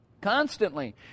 Constantly